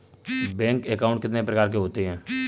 Bank account कितने प्रकार के होते हैं?